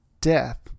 death